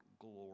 glory